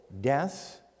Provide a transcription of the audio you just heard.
death